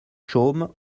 chaumes